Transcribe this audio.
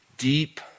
deep